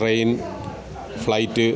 train flight